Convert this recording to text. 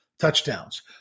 touchdowns